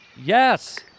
yes